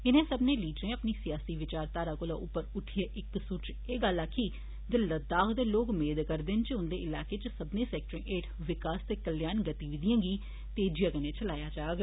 इनें सब्मनें लीडरें अपनी सियासी विचारधारा कोला उप्पर उट्ठियै इक्क सुर च एह् गल्ल आखी जे लद्दाख दे लोक मेद करदे न जे उंदे इलाके च सब्मनें सैक्टरें हेठ विकास ते कल्याण गतिविधिएं गी तेजिआ कन्नै चलाया जाग